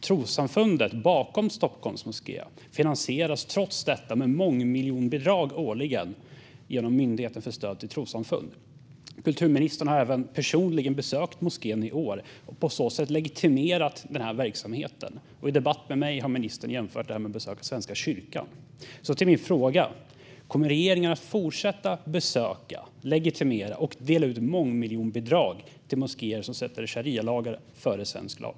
Trossamfundet bakom Stockholms moské finansieras trots detta med mångmiljonbidrag årligen genom Myndigheten för stöd till trossamfund. Kulturministern har även personligen besökt moskén i år och på så sätt legitimerat den här verksamheten. I en debatt med mig har ministern jämfört detta med att besöka Svenska kyrkan. Min fråga är: Kommer regeringen att fortsätta besöka, legitimera och dela ut mångmiljonbidrag till moskéer som sätter sharialagar före svensk lag?